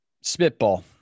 Spitball